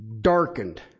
darkened